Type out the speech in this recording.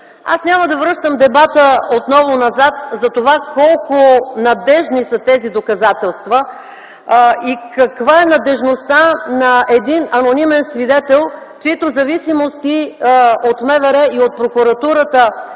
Аз няма да връщам отново дебата назад за това колко надеждни са тези доказателства и каква е надеждността на един анонимен свидетел, чийто зависимости от МВР и от прокуратурата,